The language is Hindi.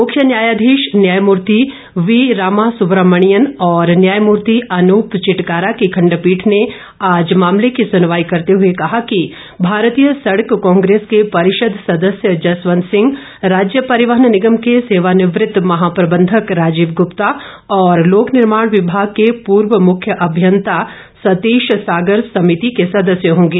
मुख्य न्यायाधीश न्यायमूर्ति वी रामासुब्रमणियन और न्यायमूर्ति अनूप चिटकारा की खंडपीठ ने आज मामले की सुनवाई करते हुए कहा कि भारतीय सड़क कांग्रेस के परिषद सदस्य जसवंत सिंह राज्य परिवहन निगम के सेवानिवृत महाप्रबंधक राजीव ग्रप्ता और लोक निर्माण विभाग के पूर्व मुख्य अभियंता सतीश सागर समिति के सदस्य होंगे